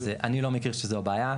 אז אני לא מכיר שזו הבעיה,